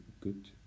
good